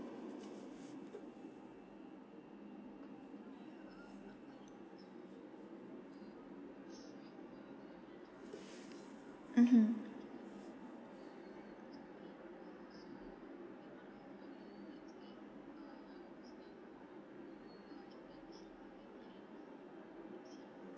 mmhmm